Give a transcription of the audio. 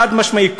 חד-משמעית,